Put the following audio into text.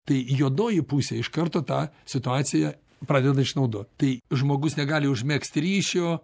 tai juodoji pusė iš karto tą situaciją pradeda išnaudoti tai žmogus negali užmegzti ryšio